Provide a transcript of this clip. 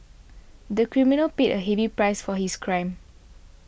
the criminal paid a heavy price for his crime